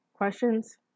questions